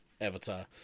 avatar